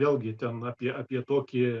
vėlgi ten apie apie tokį